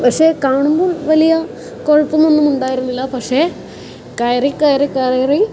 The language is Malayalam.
പക്ഷേ കാണുമ്പോൾ വലിയ കുഴപ്പമൊന്നും ഉണ്ടായിരുന്നില്ല പക്ഷേ കയറി കയറി